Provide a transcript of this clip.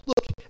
Look